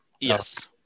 Yes